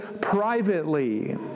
privately